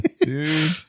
dude